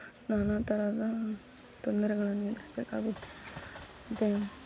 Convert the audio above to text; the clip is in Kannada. ನಾನಾ ಥರದ ತೊಂದರೆಗಳನ್ನು ಎದುರಿಸ್ಬೇಕಾಗುತ್ತೆ ಮತ್ತು